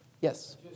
Yes